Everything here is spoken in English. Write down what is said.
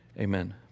Amen